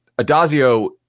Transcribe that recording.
Adazio –